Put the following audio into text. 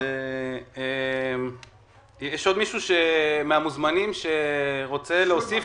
יש עוד מישהו מהמוזמנים שרוצה להוסיף,